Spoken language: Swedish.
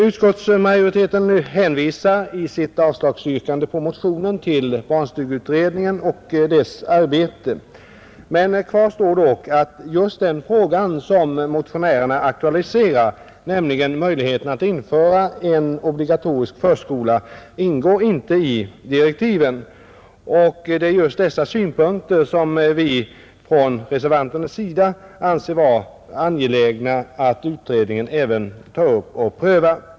Utskottsmajoriteten hänvisar i sitt yrkande om avslag på motionen till barnstugeutredningen och dess arbete, men kvar står dock att just den fråga som motionärerna aktualiserar, nämligen möjligheten att införa en obligatorisk förskola, inte ingår i direktiven. Det är just synpunkterna härpå som vi från reservanternas sida anser det vara angeläget att utredningen tar upp och prövar.